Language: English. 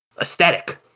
aesthetic